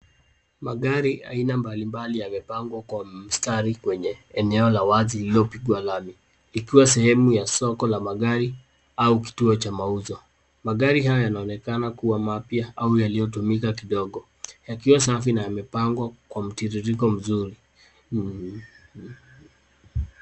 Magari aina mbalimbali yamepangwa kwa mstari kwenye eneo la wazi lililopigwa lami. Likiwa sehemu ya soko ya magari au kituo cha mauzo. Magari haya yanaonekana kuwa mapya au yaliyotumika kidogo. Yakiwa safi na yamepangwa kwa mtiririko mzuri.